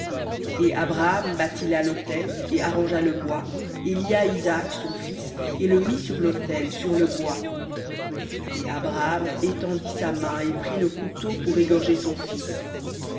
et abraham bâtit là l'autel et arrangea le bois et lia isaac son fils et le mit sur l'autel sur le bois et abraham étendit sa main et prit le couteau pour égorger son fils